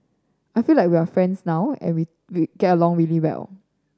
I feel like we are friends now and we we get along really well